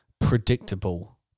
predictable